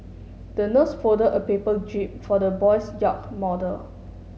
the nurse folded a paper jib for the boy's yacht model